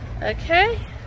okay